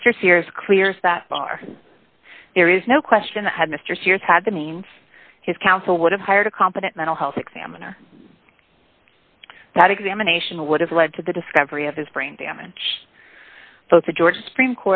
mr sears clears that bar there is no question that had mr sears had the means his counsel would have hired a competent mental health examiner that examination would have led to the discovery of his brain damage both the georgia supreme